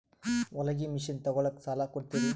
ಹೊಲಗಿ ಮಷಿನ್ ತೊಗೊಲಿಕ್ಕ ಸಾಲಾ ಕೊಡ್ತಿರಿ?